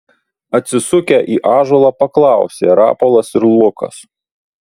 atsisukę į ąžuolą paklausė rapolas ir lukas